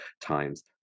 times